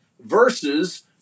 versus